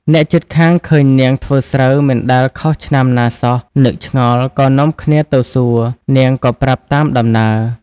អ្នកជិតខាង ឃើញនាងធ្វើស្រូវមិនដែលខុសឆ្នាំណាសោះ នឹកឆ្ងល់ ក៏នាំគ្នាទៅសួរ នាងក៏ប្រាប់តាមដំណើរ។